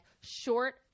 short